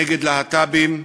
נגד להט"בים,